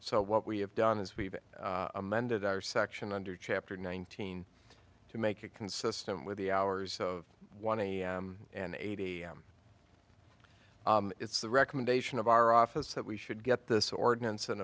so what we have done is we've amended our section under chapter nineteen to make it consistent with the hours of one and eighty it's the recommendation of our office that we should get this ordinance in